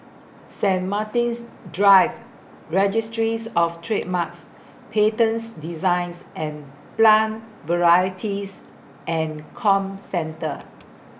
Saint Martin's Drive Registries of Trademarks Patents Designs and Plant Varieties and Comcentre